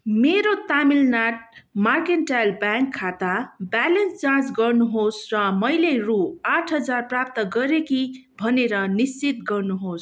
मेरो Tamilnad mercantile bank खाता balance जाँच गर्नुहोस् र मैले रु आठ हजार प्राप्त गरेँ कि भनेर निश्चित गर्नुहोस्